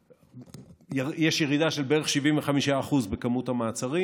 יש ירידה של בערך 75% בכמות המעצרים.